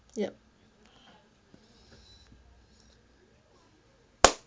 yup